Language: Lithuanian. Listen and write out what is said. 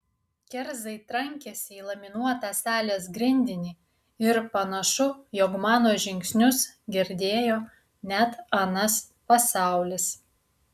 kerzai trankėsi į laminuotą salės grindinį ir panašu jog mano žingsnius girdėjo net anas pasaulis